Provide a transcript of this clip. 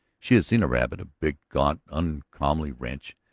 she had seen a rabbit, a big, gaunt, uncomely wretch,